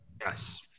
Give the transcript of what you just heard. Yes